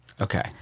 Okay